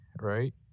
right